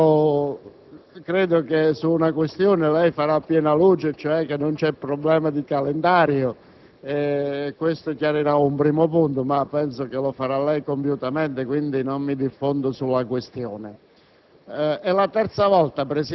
Presidente, credo che su una questione lei farà piena luce, è cioè che non c'è un problema di calendario. Questo chiarirà un primo punto, ma penso che lo farà lei compiutamente e quindi non mi diffondo sulla questione.